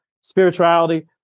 spirituality